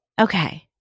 Okay